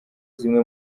zimwe